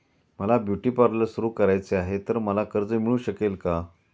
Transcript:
मला beauty parlour सुरू करायचे आहे तर मला कर्ज मिळू शकेल का?